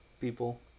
people